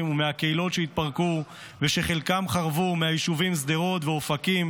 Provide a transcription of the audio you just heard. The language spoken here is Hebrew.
ומהקהילות שהתפרקו ושחלקן חרבו ומהיישובים שדרות ואופקים,